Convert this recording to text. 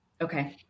Okay